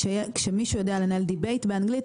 כשמישהו יודע לנהל debate באנגלית,